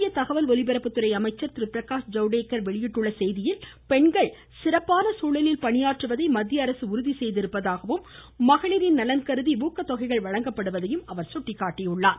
மத்திய தகவல் ஒலிபரப்புத்துறை அமைச்சர் திருபிரகாஷ் ஜவ்தேக்கர் வெளியிட்டுள்ள செய்தியில் பெண்கள் சிறப்பான சூழலில் பணியாற்றுவதை மத்திய அரசு உறுதி செய்திருப்பதாகவும் மகளிரின் நலன் கருதி ஊக்கதொகைகள் வழங்கப்படுவதையும் அவர் கட்டிக்காட்டினார்